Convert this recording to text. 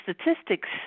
statistics